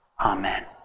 Amen